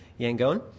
Yangon